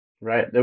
Right